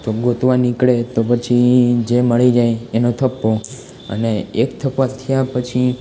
તો ગોતવા નીકળે તો પછી જે મળી જાય એનો થપ્પો અને એક થપ્પા થયા પછી